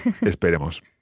Esperemos